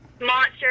Monster